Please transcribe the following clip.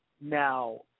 Now